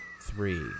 three